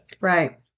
Right